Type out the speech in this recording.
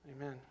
Amen